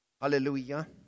Hallelujah